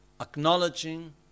acknowledging